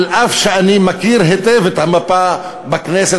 אף שאני מכיר היטב את המפה בכנסת,